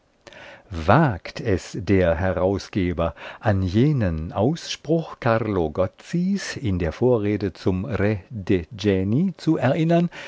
wagt es der herausgeber an jenen ausspruch carlo gozzis in der vorrede zum r de geni zu erinnern